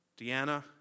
Deanna